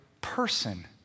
person